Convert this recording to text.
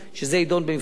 שיידון בנפרד,